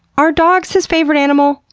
are dogs his favorite animal,